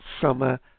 Summer